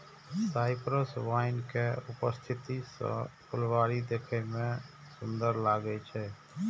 cypress vine के उपस्थिति सं फुलबाड़ी देखै मे सुंदर लागै छै